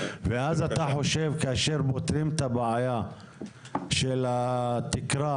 ואז אתה חושב כאשר פותרים את הבעיה של התקרה,